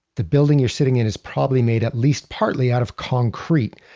the building you're sitting in is probably made at least partly out of concrete.